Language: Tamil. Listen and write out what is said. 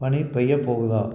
பனி பெய்ய போகுதா